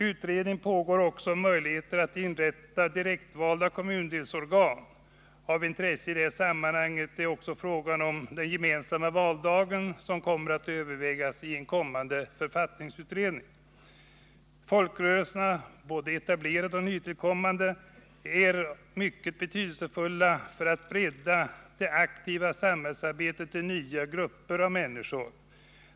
Utredning pågår också om möjligheter att inrätta direktvalda kommundelsorgan. Avintresse i sammanhanget är också frågan om den gemensamma valdagen, som kommer att övervägas i en kommande författningsutredning. Folkrörelserna, både etablerade och nytillkommande, är mycket betydelsefulla för att bredda det aktiva samhällsarbetet till nya grupper av människor.